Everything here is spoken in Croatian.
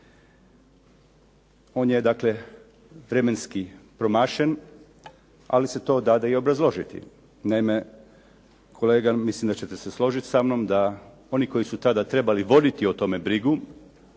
On je dakle vremenski promašen, ali se to dade i obrazložiti. Naime, kolega mislim da ćete se složiti sa mnom, da oni koji su tada trebali voditi o tome brigu